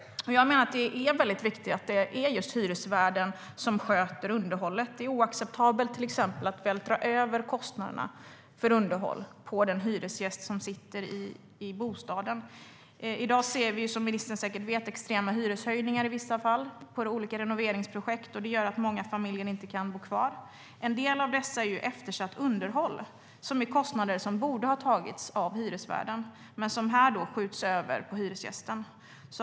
Jag menar att det är viktigt att det är hyresvärden som sköter underhållet. Det är till exempel oacceptabelt att vältra över kostnaderna för underhåll på den hyresgäst som sitter i bostaden. Som ministern säkert vet förekommer extrema hyreshöjningar för vissa renoveringsprojekt. Det gör att många familjer inte kan bo kvar. En del av dessa renoveringar handlar om eftersatt underhåll, det vill säga kostnader som borde ha tagits av hyresvärden men som här skjuts över på hyresgästen.